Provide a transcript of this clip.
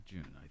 June